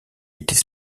était